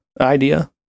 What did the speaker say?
idea